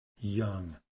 young